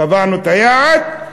קבענו את היעד,